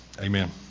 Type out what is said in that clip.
Amen